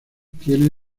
tiene